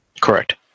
Correct